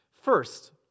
First